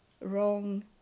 wrong